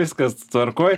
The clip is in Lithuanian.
viskas tvarkoj